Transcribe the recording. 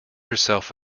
herself